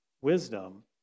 wisdom